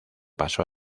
pasó